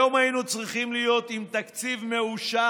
היום היינו צריכים להיות עם תקציב מאושר,